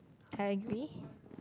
I agree